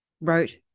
wrote